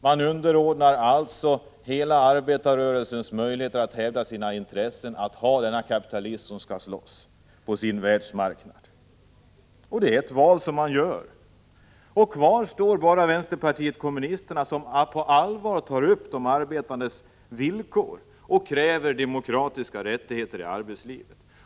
Man underordnar alltså hela arbetarrörelsens möjligheter att hävda sina intressen under denna kapitalism, som skall slåss på sin världsmarknad. Det är ett val som man gör. Kvar står bara vänsterpartiet kommunisterna, som på allvar tar upp de arbetandes villkor och kräver demokratiska rättigheter i arbetslivet.